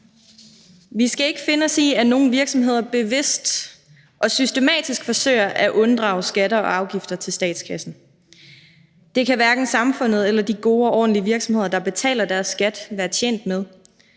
Vi skal ikke finde os i, at nogle virksomheder bevidst og systematisk forsøger at unddrage skatter og afgifter til statskassen. Det kan hverken samfundet eller de gode og ordentlige virksomheder, der betaler deres skat, være tjent med,